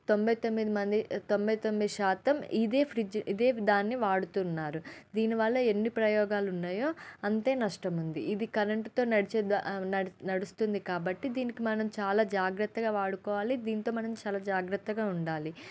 తొంభై తొమ్మిది మంది తొంభై తొమ్మిది శాతం ఇదే ఫ్రిడ్జ్ ఇదే దాన్ని వాడుతున్నారు దీనివల్ల ఎన్ని ప్రయోగాలున్నాయో అంతే నష్టం ఉంది ఇది కరెంటుతో నడిచే నడు నడుస్తుంది కాబట్టి దీనికి మనం చాలా జాగ్రత్తగా వాడుకోవాలి దీంతో మనం చాలా జాగ్రత్తగా ఉండాలి